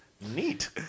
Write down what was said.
Neat